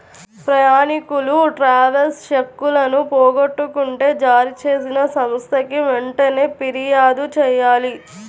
ప్రయాణీకులు ట్రావెలర్స్ చెక్కులను పోగొట్టుకుంటే జారీచేసిన సంస్థకి వెంటనే పిర్యాదు చెయ్యాలి